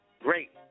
great